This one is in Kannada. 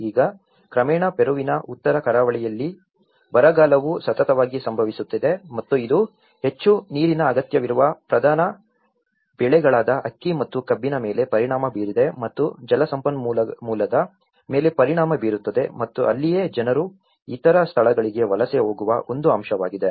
ಈಗ ಕ್ರಮೇಣ ಪೆರುವಿನ ಉತ್ತರ ಕರಾವಳಿಯಲ್ಲಿ ಬರಗಾಲವು ಸತತವಾಗಿ ಸಂಭವಿಸುತ್ತಿದೆ ಮತ್ತು ಇದು ಹೆಚ್ಚು ನೀರಿನ ಅಗತ್ಯವಿರುವ ಪ್ರಧಾನ ಬೆಳೆಗಳಾದ ಅಕ್ಕಿ ಮತ್ತು ಕಬ್ಬಿನ ಮೇಲೆ ಪರಿಣಾಮ ಬೀರಿದೆ ಮತ್ತು ಜಲಸಂಪನ್ಮೂಲದ ಮೇಲೆ ಪರಿಣಾಮ ಬೀರುತ್ತದೆ ಮತ್ತು ಅಲ್ಲಿಯೇ ಜನರು ಇತರ ಸ್ಥಳಗಳಿಗೆ ವಲಸೆ ಹೋಗುವ ಒಂದು ಅಂಶವಾಗಿದೆ